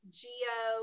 geo